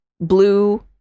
blue